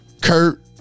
Kurt